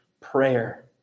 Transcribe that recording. prayer